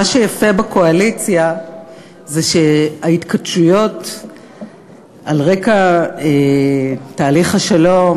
מה שיפה בקואליציה זה שההתכתשויות על רקע תהליך השלום